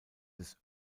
des